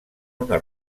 una